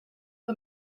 the